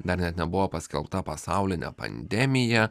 dar net nebuvo paskelbta pasaulinė pandemija